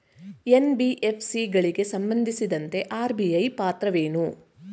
NBFC ಗಳಿಗೆ ಸಂಬಂಧಿಸಿದಂತೆ RBI ಪಾತ್ರವೇನು?